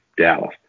Dallas